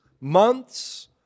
months